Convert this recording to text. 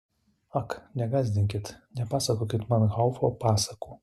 ak negąsdinkit nepasakokit man haufo pasakų